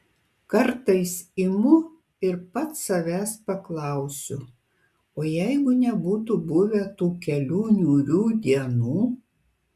kartais imu ir pats savęs paklausiu o jeigu nebūtų buvę tų kelių niūrių dienų